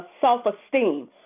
self-esteem